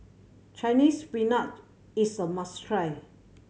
Chinese Spinach is a must try